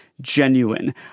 genuine